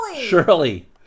Shirley